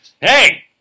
hey